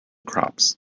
crops